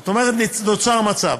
זאת אומרת, נוצר מצב